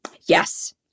Yes